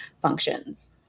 functions